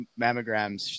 mammograms